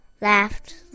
laughed